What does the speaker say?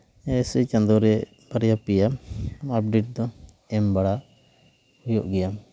ᱥᱮ ᱪᱟᱸᱫᱚ ᱨᱮ ᱵᱟᱨᱭᱟ ᱯᱮᱭᱟ ᱟᱯᱰᱮᱴ ᱫᱚ ᱮᱢᱵᱟᱲᱟ ᱦᱩᱭᱩᱜ ᱜᱮᱭᱟ